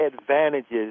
advantages